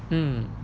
mm